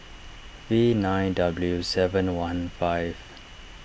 V nine W seven one five